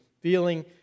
feeling